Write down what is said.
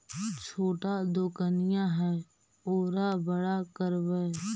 छोटा दोकनिया है ओरा बड़ा करवै?